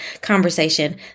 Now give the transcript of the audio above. conversation